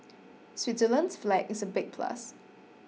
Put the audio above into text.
Switzerland's flag is a big plus